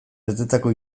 betetako